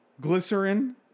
Glycerin